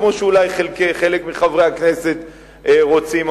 כמו שאולי חלק מחברי הכנסת רוצים,